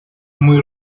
muy